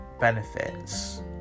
benefits